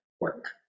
work